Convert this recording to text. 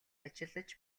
ажиллаж